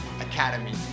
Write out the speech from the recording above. Academy